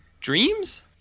dreams